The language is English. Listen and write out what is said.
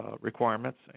requirements